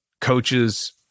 coaches